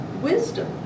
wisdom